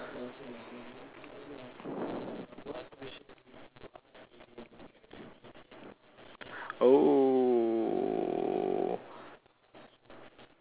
oh